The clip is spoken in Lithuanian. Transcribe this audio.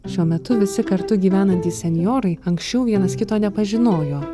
šiuo metu visi kartu gyvenantys senjorai anksčiau vienas kito nepažinojo